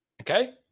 okay